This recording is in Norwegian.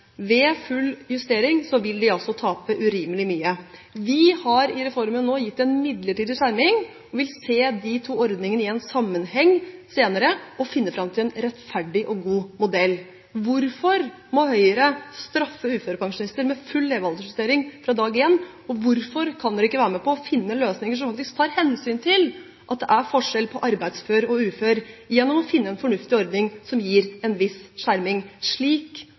Ved full justering vil de altså tape urimelig mye. Vi har i reformen nå gitt en midlertidig skjerming og vil se de to ordningene i en sammenheng senere og finne fram til en rettferdig og god modell. Hvorfor må Høyre straffe uførepensjonister med full levealdersjustering fra dag én? Hvorfor kan ikke Høyre være med på å finne løsninger som faktisk tar hensyn til at det er forskjell på arbeidsfør og ufør, gjennom å finne en fornuftig ordning som gir en viss skjerming, slik